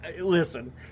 Listen